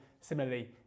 similarly